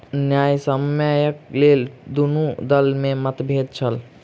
न्यायसम्यक लेल दुनू दल में मतभेद छल